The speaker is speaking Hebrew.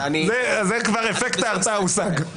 אז כבר אפקט ההרתעה הושג...